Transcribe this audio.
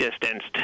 distanced